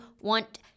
want